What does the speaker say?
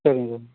சரிங்க சார்